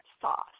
sauce